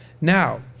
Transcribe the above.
Now